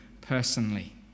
personally